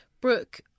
Brooke